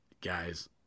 Guys